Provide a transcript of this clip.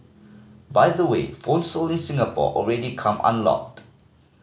by the way phones sold in Singapore already come unlocked